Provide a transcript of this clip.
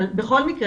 אבל בכל מקרה,